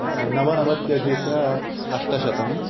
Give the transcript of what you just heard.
नवनवत्यधिक अष्टशतम्